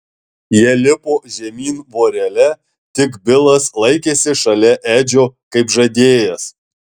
jie lipo žemyn vorele tik bilas laikėsi šalia edžio kaip žadėjęs